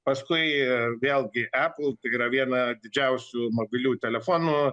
paskui vėlgi apple tai yra viena didžiausių mobiliųjų telefonų